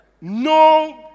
no